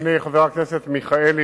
אדוני חבר הכנסת מיכאלי,